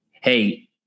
Hey